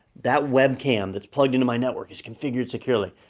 that webcam that's plugged into my network is configured securely.